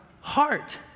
heart